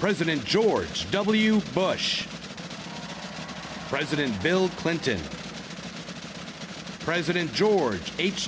president george w bush president bill clinton president george h